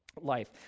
life